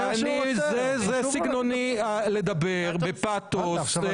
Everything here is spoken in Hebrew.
זה סגנוני לדבר, בפאתוס.